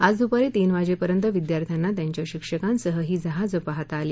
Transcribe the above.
आज दुपारी तीन वाजेपर्यंत विद्यार्थ्याना त्यांच्या शिक्षकांसह ही जहाजं पाहता आली